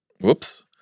Whoops